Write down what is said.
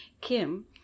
Kim